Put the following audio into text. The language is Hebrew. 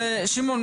שמעון,